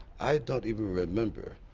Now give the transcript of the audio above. i don't even remember.